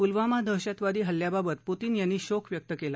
पुलवामा दहशतवादी हल्ल्याबाबत पुतीन यांनी शोक व्यक्त केला